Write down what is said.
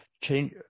change